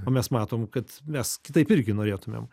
o mes matom kad mes kitaip irgi norėtumėm